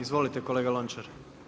Izvolite kolega Lončar.